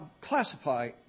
classify